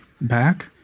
back